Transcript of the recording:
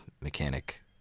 mechanic